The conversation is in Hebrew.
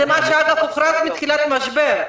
אגב, זה מה שהוכרז בתחילת המשבר.